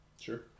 sure